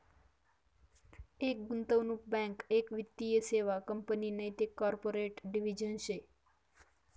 एक गुंतवणूक बँक एक वित्तीय सेवा कंपनी नैते कॉर्पोरेट डिव्हिजन शे